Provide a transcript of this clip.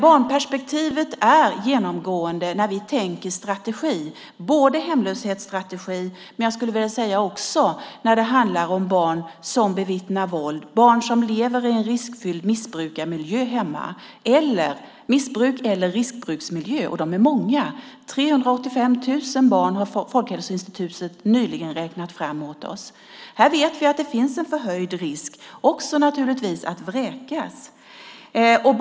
Barnperspektivet är genomgående när vi tänker på strategierna, både hemlöshetsstrategin och, skulle jag vilja säga, även strategin gällande barn som bevittnar våld, barn som lever i en riskfylld missbrukarmiljö hemma eller lever i missbruks eller riskbruksmiljöer - och de är många. Folkhälsoinstitutet har nyligen räknat fram åt oss att det rör sig om 385 000 barn. Vi vet att här finns en förhöjd risk; det gäller naturligtvis även risken för att vräkas.